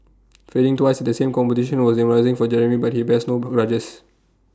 failing twice at the same competition was demoralising for Jeremy but he bears no grudges